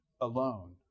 alone